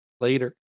Later